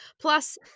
plus